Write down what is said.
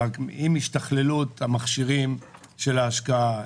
רק עם השתכללות המכשירים של ההשקעה,